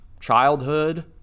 childhood